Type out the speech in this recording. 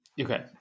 Okay